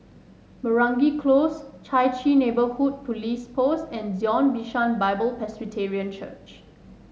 Meragi Close Chai Chee Neighbourhood Police Post and Zion Bishan Bible Presbyterian Church